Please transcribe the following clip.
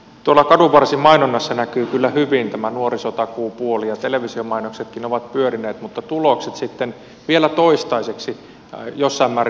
tuolla kadunvarsimainonnassa näkyy kyllä hyvin tämä nuorisotakuupuoli ja televisiomainoksetkin ovat pyörineet mutta tulokset ovat sitten vielä toistaiseksi jossain määrin vaatimattomia